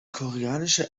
koreanische